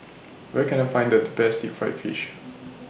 Where Can I Find The Best Deep Fried Fish